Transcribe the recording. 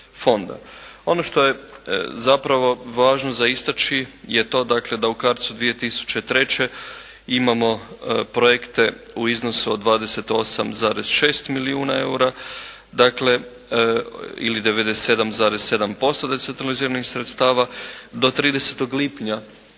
Ono što je zapravo važno za istaći je to dakle da u CARDS-u 2003. imamo projekte u iznosu od 28,6 milijuna eura, dakle ili 97,7% decentraliziranih sredstava. Do 30. lipnja